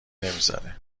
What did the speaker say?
نمیذاره